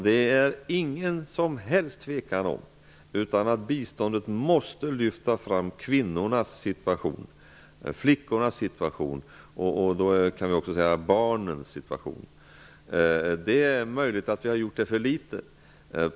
Det råder ingen som helst tvekan om att biståndet måste lyfta fram kvinnornas, flickornas och även barnens situation. Det är möjligt att vi har gjort för litet.